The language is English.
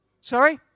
Sorry